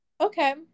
Okay